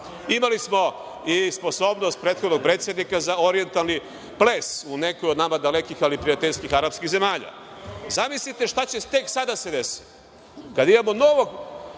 Imali smo i sposobnost prethodnog predsednika za orijentalni ples u nekoj od nama dalekih ali prijateljskih arapskih zemalja. Zamislite šta će tek sada da se desi kada imamo